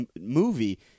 movie